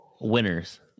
Winners